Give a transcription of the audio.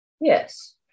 Yes